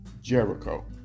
Jericho